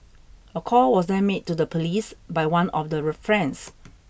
a call was then made to the police by one of the friends